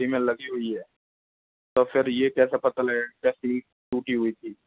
उसी में लगी हुई है तो फिर यह कैसे पता लगेगा के सील टूटी हुई थी